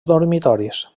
dormitoris